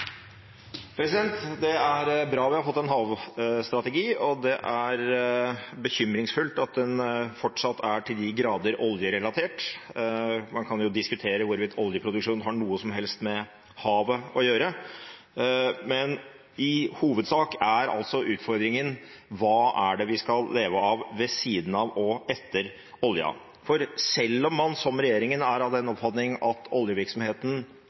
Det er bra at vi har fått en havstrategi, og det er bekymringsfullt at den fortsatt er til de grader oljerelatert. Man kan diskutere hvorvidt oljeproduksjon har noe som helst med havet å gjøre, men i hovedsak er utfordringen: Hva er det vi skal leve av ved siden av og etter olja? Selv om man, som regjeringen, er av den oppfatning at oljevirksomheten